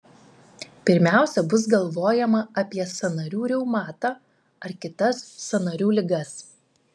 pirmiausia bus galvojama apie sąnarių reumatą ar kitas sąnarių ligas